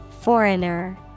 Foreigner